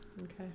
Okay